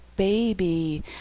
baby